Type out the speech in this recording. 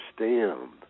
understand